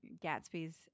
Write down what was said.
Gatsby's